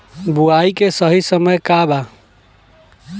बुआई के सही समय का वा?